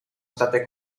state